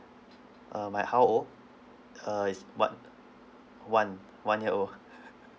uh my how old uh it's one one one year old